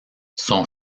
son